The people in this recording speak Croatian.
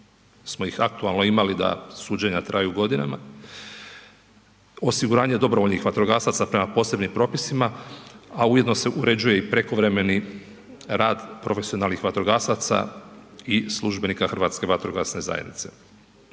smo ih aktualno imali da suđenja traju godinama, osiguranje dobrovoljnih vatrogasaca prema posebnim propisima, a ujedno se uređuje i prekovremeni rad profesionalnih vatrogasaca i službenika Hrvatske vatrogasne zajednice.